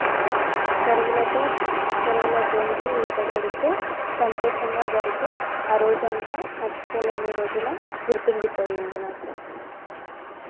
చెరువులతో చెరువులో దూకి ఈత కొడుతూ సంతోషంగా గడిపి ఆ రోజంతా మర్చిపోలేని రోజులా గుర్తుండిపోయింది నాకు